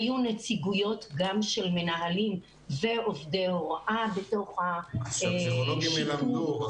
היו נציגויות גם של מנהלים ועובדי הוראה בתוך --- שהפסיכולוגים ילמדו.